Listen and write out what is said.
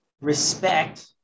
respect